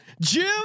Jim